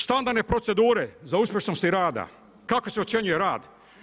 Standardne procedure za uspješnosti rada, kako se ocjenjuje rad?